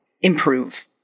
improve